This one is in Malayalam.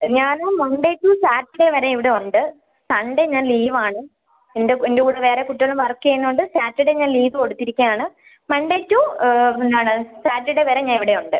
ഞാന് മൺഡേ ടു സാറ്റർഡേ വരെ ഇവിടെ ഉണ്ട് സൺഡേ ഞാൻ ലീവ് ആണ് എൻ്റെ എൻ്റെ കൂടെ വേറെ കുട്ടികളും വർക്ക് ചെയ്യുന്നതുകൊണ്ട് സാറ്റർഡേ ഞാൻ ലീവ് കൊടുത്തിരിക്കുകയാണ് മൺഡേ ടു എന്താണ് സാറ്റർഡേ വരെ ഞാൻ ഇവിടെ ഉണ്ട്